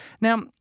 Now